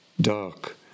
dark